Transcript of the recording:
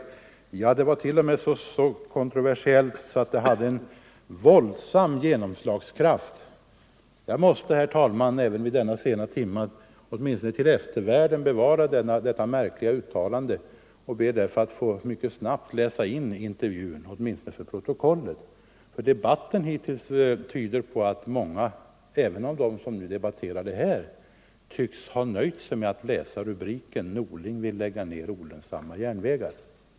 Ja, det vart.o.m. så kontroversiellt att det hade en våld sam genomslagskraft. Jag måste, herr talman, trots den sena timmen 85 åtminstone till eftervärlden bevara detta märkliga uttalande och ber därför att mycket snabbt få läsa in intervjun till protokollet. Debatten hittills tyder på att många, även av dem som nu debatterar här, tycks ha nöjt sig med att ta del av rubriken ”Norling vill lägga ned olönsamma järnvägar”.